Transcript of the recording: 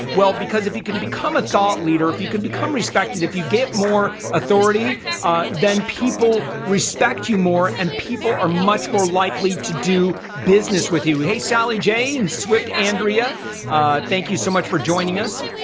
well, because if you can become a thought leader if you could become respected if you get more authority then people respect you more and people are much more likely to do business with you. hey, sally j and swift andrea thank you so much for joining us